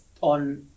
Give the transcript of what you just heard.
on